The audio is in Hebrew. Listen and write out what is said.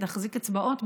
נחזיק אצבעות,